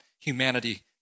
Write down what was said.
humanity